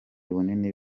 bunini